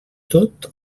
tot